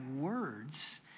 words